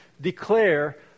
declare